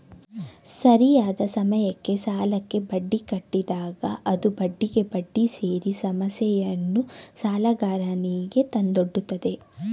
ಸರಿಯಾದ ಸಮಯಕ್ಕೆ ಸಾಲಕ್ಕೆ ಬಡ್ಡಿ ಕಟ್ಟಿದಾಗ ಅದು ಬಡ್ಡಿಗೆ ಬಡ್ಡಿ ಸೇರಿ ಸಮಸ್ಯೆಯನ್ನು ಸಾಲಗಾರನಿಗೆ ತಂದೊಡ್ಡುತ್ತದೆ